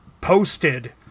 posted